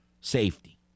safety